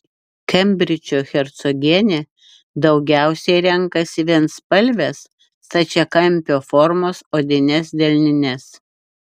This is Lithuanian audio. kembridžo hercogienė daugiausiai renkasi vienspalves stačiakampio formos odines delnines